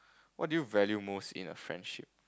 what do you value most in a friendship